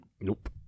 nope